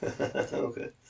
Okay